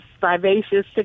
vivacious